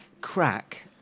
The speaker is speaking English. crack